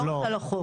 לא רק על החוק.